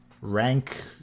rank